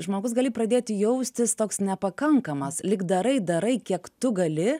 žmogus gali pradėti jaustis toks nepakankamas lyg darai darai kiek tu gali